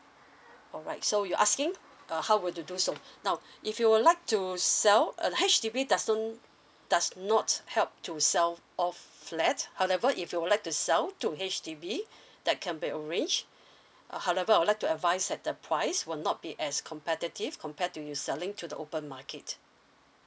alright so you asking uh how would you do so now if you would like to know sell uh H_D_B doesn't does not help to sell off flat however if you would like to sell to H_D_B that can be arranged however I'll like to advise that the price will not be as competitive compared to you selling to the open market